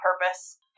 purpose